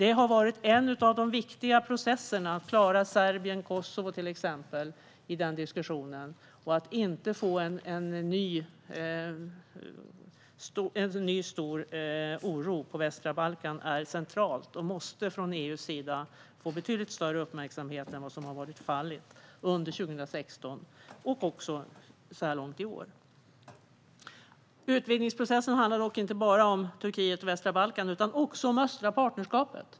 Ett exempel på en viktig process har varit att klara Serbien och Kosovo. Att inte få en ny stor oro på västra Balkan är centralt, och detta måste från EU:s sida få betydligt större uppmärksamhet än vad som varit fallet under 2016 och så här långt i år. Utvidgningsprocessen handlar dock inte bara om Turkiet och västra Balkan utan också om östliga partnerskapet.